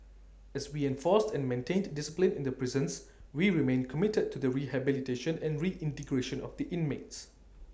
as we enforced and maintained discipline in the prisons we remain committed to the rehabilitation and reintegration of the inmates